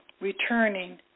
returning